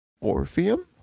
Orpheum